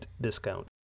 discount